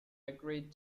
agreed